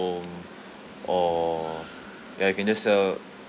or ya you can just sell